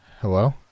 Hello